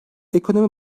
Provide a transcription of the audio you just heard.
ekonomi